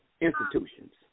institutions